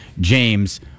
James